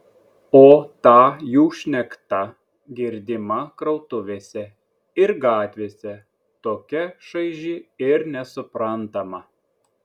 o ta jų šnekta girdima krautuvėse ir gatvėse tokia šaiži ir nesuprantama